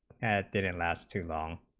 and didn't last too long,